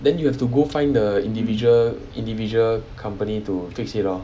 then you have to go find the individual individual company to fix it lor